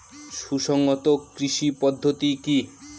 সুসংহত কৃষি পদ্ধতি কি?